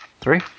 Three